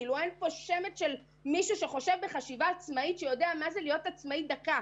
אין פה שמץ של חשיבה עצמאית שיודע מה זה להיות עצמאי דקה.